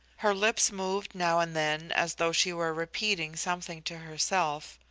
her lips moved now and then, as though she were repeating something to herself,